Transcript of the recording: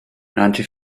ninety